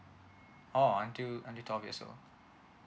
oh until twelve years old